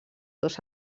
dos